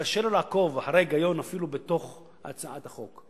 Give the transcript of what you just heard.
קשה לו לעקוב אחרי ההיגיון אפילו בתוך הצעת החוק.